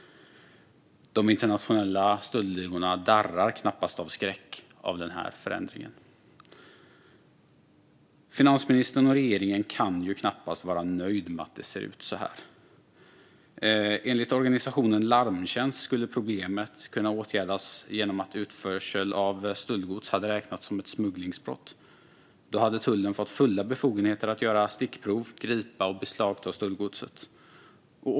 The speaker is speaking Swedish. De internationella stöldligorna darrar knappast av skräck på grund av den förändringen. Finansministern och regeringen kan knappast vara nöjda med att det ser ut på det här sättet. Enligt organisationen Larmtjänst skulle problemet kunna åtgärdas om utförsel av stöldgods skulle räknas som smugglingsbrott. Då skulle tullen få fulla befogenheter att göra stickprov, gripa misstänkta och beslagta stöldgodset.